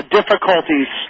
difficulties